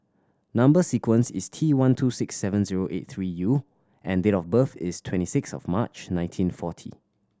number sequence is T one two six seven zero eight three U and date of birth is twenty six of March nineteen forty